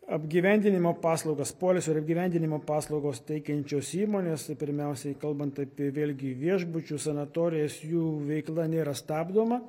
apgyvendinimo paslaugas poilsio ir apgyvendinimo paslaugas teikiančios įmonės tai pirmiausiai kalbant apie vėlgi viešbučius sanatorijas jų veikla nėra stabdoma